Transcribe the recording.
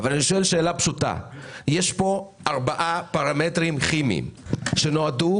אבל יש פה ארבעה פרמטרים כימיים שנועדו